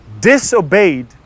disobeyed